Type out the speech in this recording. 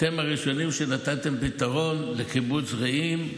אתם הראשונים שנתתם פתרון לקיבוץ רעים,